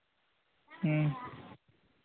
ᱦᱩᱸ